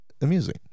amusing